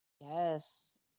yes